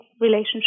relationship